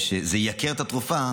שזה ייקר את התרופה,